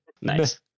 Nice